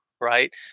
Right